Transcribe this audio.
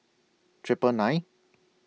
Triple nine